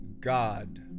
God